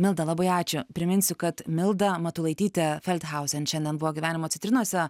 milda labai ačiū priminsiu kad milda matulaitytė feldhauzen šiandien buvo gyvenimo citrinose